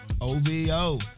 OVO